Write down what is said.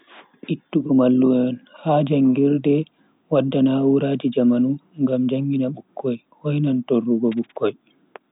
Ittugo mallum en ha jangirde wadda na'uraji jamanu ngam jangina bikkoi hoinan torrugo bikkoi